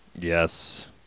Yes